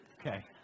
Okay